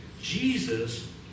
Jesus